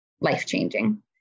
life-changing